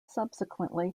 subsequently